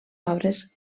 obres